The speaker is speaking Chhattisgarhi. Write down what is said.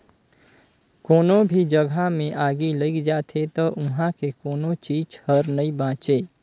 कोनो भी जघा मे आगि लइग जाथे त उहां के कोनो चीच हर नइ बांचे